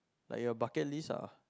like your bucket list lah